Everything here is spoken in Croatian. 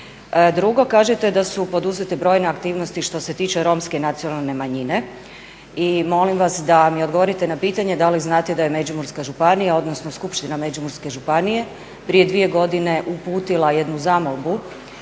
Drugo, kažete da su poduzete brojne aktivnosti što se tiče Romske nacionale manjine i molim vas da mi odgovorite na pitanje da li znate da je Međimurska županija odnosno Skupština Međimurske županije prije dvije godine uputila jednu zamolbu